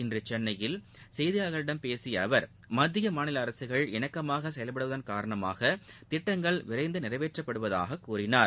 இன்று சென்னையில் செய்தியாளர்களிடம் பேசிய அவர் மத்திய மாநில அரசுகள் இணக்கமாக செயல்படுவதன் காரணமாக திட்டங்கள் விரைந்து நிறைவேற்றப்படுவதாக கூறினார்